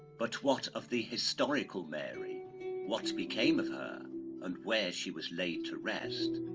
but what of the historical mary what became of her and where she was laid to rest?